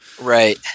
Right